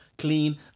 Clean